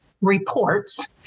reports